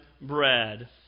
bread